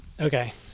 Okay